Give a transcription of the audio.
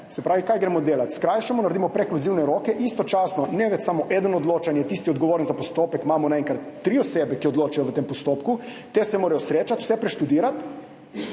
kaj gremo delat? Skrajšamo, naredimo prekluzivne roke, istočasno ne odloča več samo eden in je tisti odgovoren za postopek, naenkrat imamo tri osebe, ki odločajo v tem postopku, te se morajo srečati, vse preštudirati,